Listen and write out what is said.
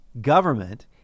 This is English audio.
government